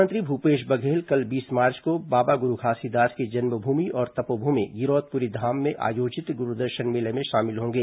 मुख्यमंत्री भूपेश बधेल कल बीस मार्च को बाबा गुरू घासीदास की जन्मभूमि और तपोभूमि गिरौदपुरी धाम में आयोजित गुरूदर्शन मेले में शामिल होंगे